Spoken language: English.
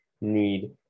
need